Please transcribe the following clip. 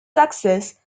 success